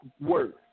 work